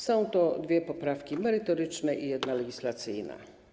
Są to dwie poprawki merytoryczne i jedna legislacyjna.